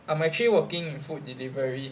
I'm actually working with food delivery